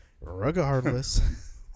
regardless